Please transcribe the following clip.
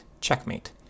checkmate